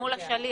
מול השליח.